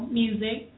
music